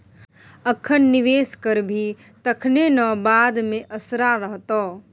अखन निवेश करभी तखने न बाद मे असरा रहतौ